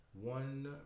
One